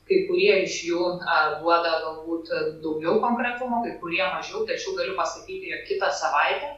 kai kurie iš jų na duoda galbūt daugiau konkretumo kaikurie mačiau tačiau galiu pasakyti jog kitą savaitę